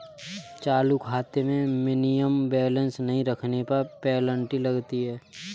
चालू खाते में मिनिमम बैलेंस नहीं रखने पर पेनल्टी लगती है